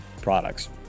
products